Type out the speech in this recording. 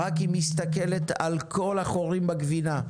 רק אם היא תסתכל על כל החורים בגבינה.